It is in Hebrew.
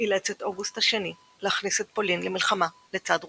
אילץ את אוגוסט השני להכניס את פולין למלחמה לצד רוסיה.